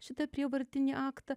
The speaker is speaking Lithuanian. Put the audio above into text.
šitą prievartinį aktą